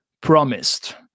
promised